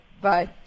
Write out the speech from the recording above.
Bye